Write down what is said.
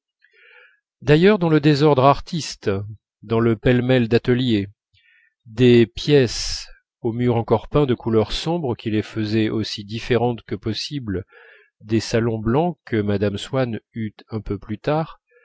d'ailleurs dans le désordre artiste dans le pêle-mêle d'atelier des pièces aux murs encore peints de couleurs sombres qui les faisaient aussi différentes que possible des salons blancs que mme swann eut un peu plus tard